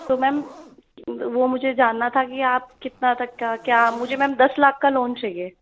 तो मैम वो मुझे जानना था कि आप कितना तक का क्या मुझे मैम दस लाख का लोन चाहिए